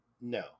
No